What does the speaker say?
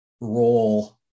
role